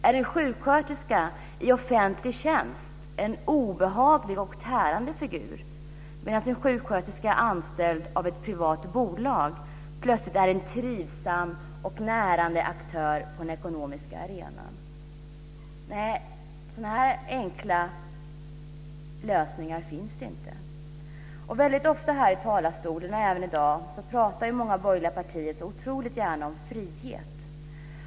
Är en sjuksköterska i offentlig tjänst en obehaglig och tärande figur, medan en sjuksköterska anställd av ett privat bolag plötsligt är en trivsam och närande aktör på den ekonomiska arenan? Nej, sådana enkla lösningar finns inte. Väldigt ofta här i talarstolen, även i dag, talar många från de borgerliga partierna så otroligt gärna om frihet.